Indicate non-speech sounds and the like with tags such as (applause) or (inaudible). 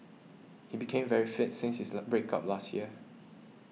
he became very fit since his (unintelligible) break up last year